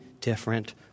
different